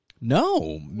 No